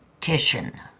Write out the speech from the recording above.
Titian